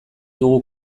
dugu